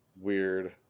weird